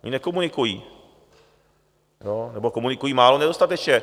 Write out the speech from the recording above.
Oni nekomunikují, nebo komunikují málo, nedostatečně.